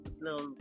little